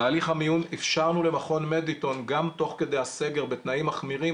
בהליך המיון אפשרנו למכון מדיטון גם תוך כדי הסגר בתנאים מחמירים